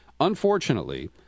unfortunately